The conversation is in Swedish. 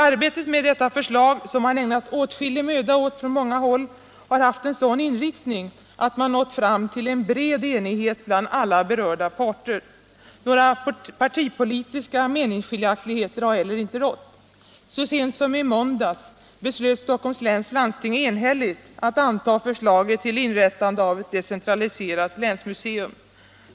Arbetet med detta förslag, som man ägnat åtskillig möda åt från många håll, har haft en sådan inriktning att man nått fram till en bred enighet 111 bland alla berörda parter. Några partipolitiska meningsskiljaktigheter har inte heller rått. Så sent som i måndags beslöt Stockholms läns landsting enhälligt att anta förslaget till inrättande av ett decentraliserat länsmuseum.